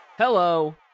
Hello